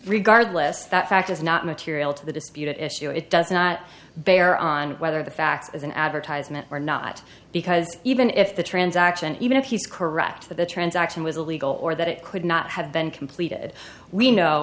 regardless that fact is not material to the dispute at issue it does not bear on whether the fact is an advertisement or not because even if the transaction even if he's correct that the transaction was illegal or that it could not have been completed we know